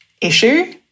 issue